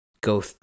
go